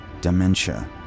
dementia